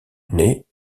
naît